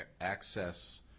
access